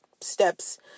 steps